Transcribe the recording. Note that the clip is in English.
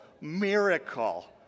miracle